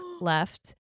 left